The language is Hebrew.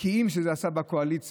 הבקיעים שזה עשה בקואליציה